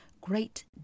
great